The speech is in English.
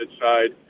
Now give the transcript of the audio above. side